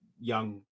young